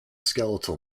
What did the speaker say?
skeletal